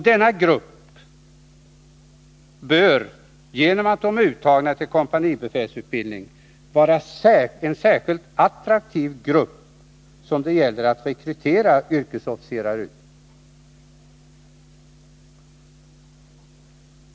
Denna grupp värnpliktiga bör genom att de uttagits till kompanibefälsutbildning vara en särskilt attraktiv grupp, som det gäller att rekrytera från till officersyrket.